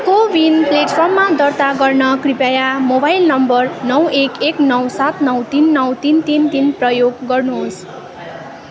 को विन प्लेटफर्ममा दर्ता गर्न कृपया मोबाइल नम्बर नौ एक एक नौ सात नौ तिन नौ तिन तिन तिन प्रयोग गर्नुहोस्